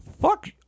fuck